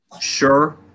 Sure